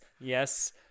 yes